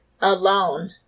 alone